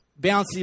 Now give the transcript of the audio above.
Bouncy